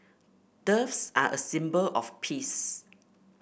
doves are a symbol of peace